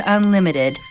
Unlimited